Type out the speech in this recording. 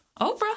Oprah